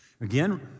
Again